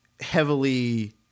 heavily